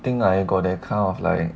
I think I got that kind of like